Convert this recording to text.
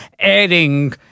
adding